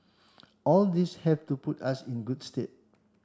all these have to put us in good stead